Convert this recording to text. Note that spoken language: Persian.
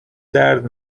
درد